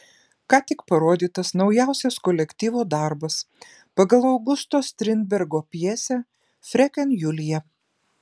ką tik parodytas naujausias kolektyvo darbas pagal augusto strindbergo pjesę freken julija